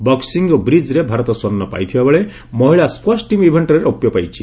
boxing ଓ ବ୍ରିଜ୍ରେ ଭାରତ ସ୍ୱର୍ଷ ପାଇଥିବାବେଳେ ମହିଳା ସ୍କ୍ୱାସ୍ ଟିମ୍ ଇଭେଷ୍ଟରେ ରୌପ୍ୟ ପାଇଛି